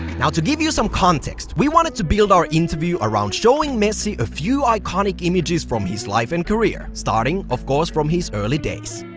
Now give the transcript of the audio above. now to give you some context, we wanted to build our interview around showing messi a few iconic images from his life and career, starting of course from his early days.